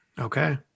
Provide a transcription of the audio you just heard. Okay